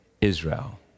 Israel